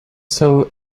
sell